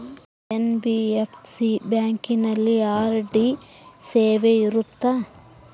NBFC ಬ್ಯಾಂಕಿನಲ್ಲಿ RD ಸೇವೆ ಇರುತ್ತಾ?